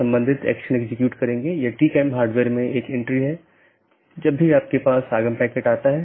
यह प्रत्येक सहकर्मी BGP EBGP साथियों में उपलब्ध होना चाहिए कि ये EBGP सहकर्मी आमतौर पर एक सीधे जुड़े हुए नेटवर्क को साझा करते हैं